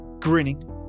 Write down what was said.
grinning